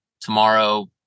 tomorrow